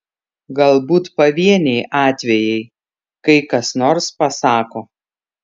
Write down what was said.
galbūt pavieniai atvejai kai kas nors pasako